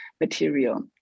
material